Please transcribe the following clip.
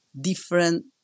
different